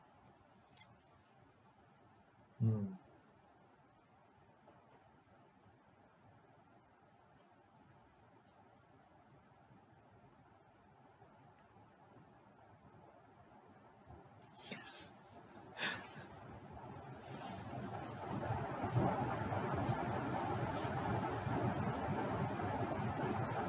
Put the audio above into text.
mm